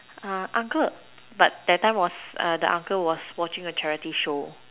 uncle but that time was the uncle was watching the charity show